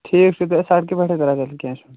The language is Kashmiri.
ٹھیٖک چھُ سڑکہِ پٮ۪ٹھَے ترٛایِہِ تِیَلہِ کیٚنٛہہ چھُنہٕ